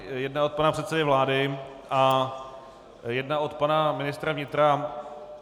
Jedna od pana předsedy vlády a jedna od pana ministra vnitra.